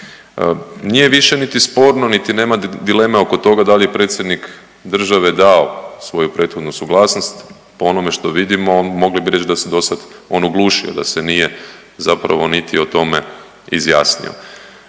Nije više niti sporno, niti nema dileme oko toga da li je Predsjednik države dao svoju prethodnu suglasnost. Po onome što vidimo mogli bi reći da se on do sad oglušio, da se nije zapravo niti o tome izjasnio.